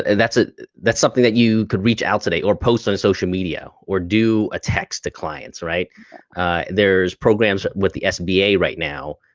and that's ah that's something that you could reach out today or post on social media or do a text to clients. there's programs with the sba right now,